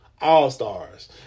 all-stars